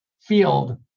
field